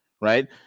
Right